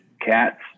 cats